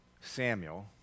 Samuel